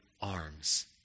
arms